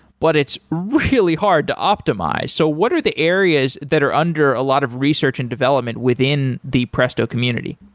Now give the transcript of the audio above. but it's really hard to optimize. so what are the areas that are under a lot of research and development within the presto community?